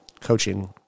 coaching